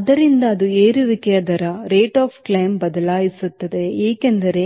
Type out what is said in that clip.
ಆದ್ದರಿಂದ ಅದು ಏರುವಿಕೆಯ ದರವನ್ನು ಬದಲಾಯಿಸುತ್ತದೆ ಏಕೆಂದರೆ